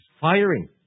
firing